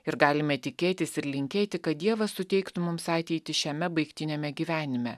ir galime tikėtis ir linkėti kad dievas suteiktų mums ateitį šiame baigtiniame gyvenime